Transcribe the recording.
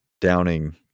downing